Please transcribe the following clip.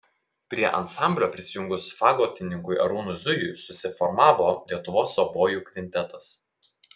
prie ansamblio prisijungus fagotininkui arūnui zujui susiformavo lietuvos obojų kvintetas